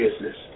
business